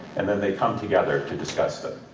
and then they come together to discuss them.